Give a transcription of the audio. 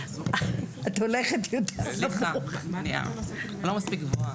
כאן באופן אינהרנטי,